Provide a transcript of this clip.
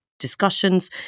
discussions